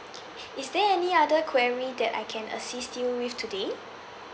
is there any other query that I can assist you with today